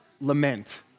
Lament